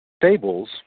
fables